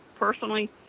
Personally